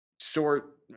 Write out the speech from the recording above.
short